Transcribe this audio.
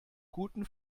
guten